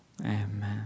Amen